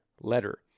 letter